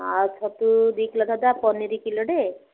ଆଉ ଛତୁ ଦୁଇ କିଲୋ ପନିର କିଲୋଟେ